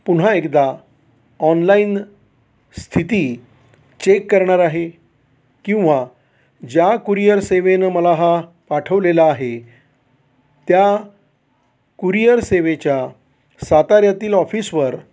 पुन्हा एकदा ऑनलाईन स्थिती चेक करणार आहे किंवा ज्या कुरियर सेवेनं मला हा पाठवलेला आहे त्या कुरियर सेवेच्या साताऱ्यातील ऑफिसवर